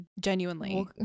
genuinely